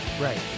Right